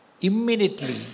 immediately